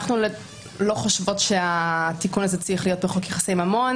אנחנו לא חושבות שהתיקון הזה צריך להיות בחוק יחסי ממון.